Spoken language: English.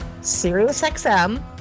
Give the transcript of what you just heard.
SiriusXM